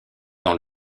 dans